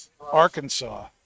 Arkansas